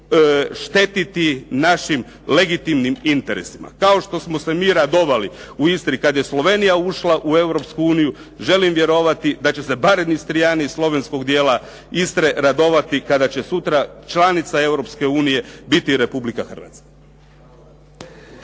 štetiti našim legitimnim interesima. Kao što smo se mi radovali u Istri kad je Slovenija ušla u Europsku uniju želim vjerovati da će se barem Istriani slovenskog dijela Istre radovati kada će sutra članica Europske unije biti i Republika Hrvatska.